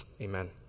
Amen